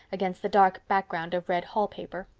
against the dark background of red hall paper.